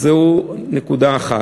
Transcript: זו נקודה אחת.